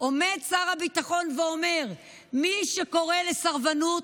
עומד שר הביטחון ואומר: מי שקורא לסרבנות,